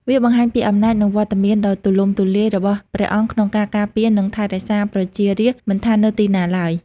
វាបង្ហាញពីអំណាច និងវត្តមានដ៏ទូលំទូលាយរបស់ព្រះអង្គក្នុងការការពារ និងថែរក្សាប្រជារាស្ត្រមិនថានៅទីណាឡើយ។